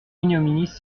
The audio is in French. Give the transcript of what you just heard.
ignominie